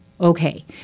Okay